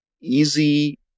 easy